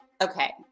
Okay